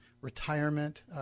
retirement